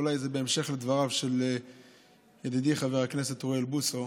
אולי זה בהמשך לדבריו של ידידי חבר הכנסת אוריאל בוסו.